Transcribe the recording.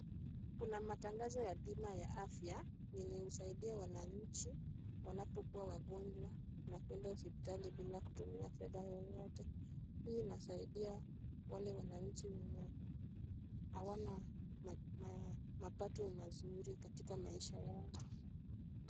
Kuna matangazo ya bima ya afya yenye husaidia wananchi wanapokuwa wagonjwa na kuenda hospitali bila kutumia fedha yoyote. Hii inasaidia wale wananchi wenye hawana mapato mazuri katika maisha yao.